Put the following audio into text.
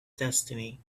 destiny